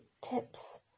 tips